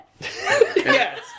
Yes